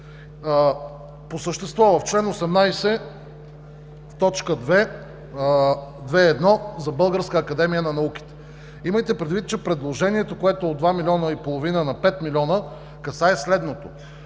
По същество – в чл. 18, т. 2.1 за Българска академия на науките. Имайте предвид, че предложението, което е от 2,5 милиона на 5 милиона, касае следното: